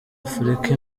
afurika